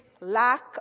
lack